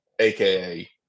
aka